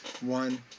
One